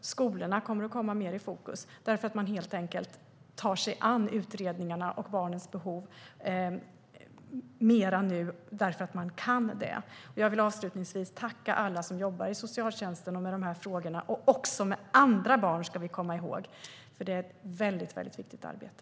Skolorna kommer att komma mer i fokus eftersom man tar sig an utredningarna och barnens behov mer nu, helt enkelt därför för att man kan det. Jag vill avslutningsvis tacka alla som jobbar i socialtjänsten och med de här frågorna - och även med andra barn, ska vi komma ihåg, för det är ett väldigt viktigt arbete.